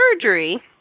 surgery